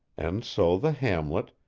and so the hamlet,